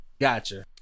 Gotcha